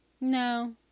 No